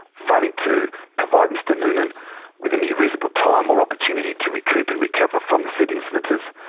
but to provide mr noonan with any reasonable time or opportunity to recoup and recover from the said incidences,